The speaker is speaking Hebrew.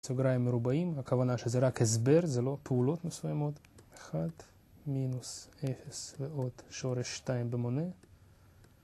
סוגריים מרובעים, הכוונה שזה רק הסבר, זה לא פעולות מסוימות 1, מינוס, 0 ועוד שורש 2 במונה